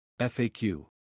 FAQ